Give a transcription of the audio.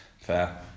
fair